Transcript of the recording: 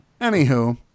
anywho